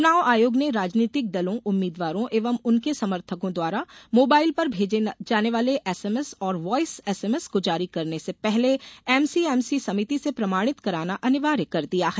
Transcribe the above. चुनाव आयोग ने राजनीतिक दलों उम्मीद्वारों एवं उनके समर्थकों द्वारा मोबाइल पर भेजे जाने वाले एसएमएस और वायस एसएमएस को जारी करने से पहले एम सी एम सी समिति से प्रमाणित कराना अनिवार्य कर दिया है